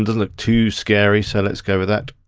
look too scary, so let's go with that.